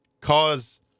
cause